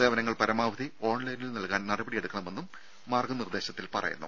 സേവനങ്ങൾ പരമാവധി ഓൺലൈനിൽ നൽകാൻ നടപടിയെടുക്കണമെന്നും മാർഗ നിർദ്ദേശത്തിൽ പറയുന്നു